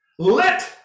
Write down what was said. Let